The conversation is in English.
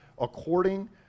according